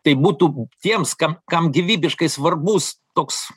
tai būtų tiems kam kam gyvybiškai svarbus toks